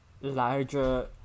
larger